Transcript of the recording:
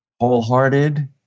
wholehearted